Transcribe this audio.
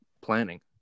planning